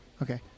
Okay